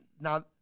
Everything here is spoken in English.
now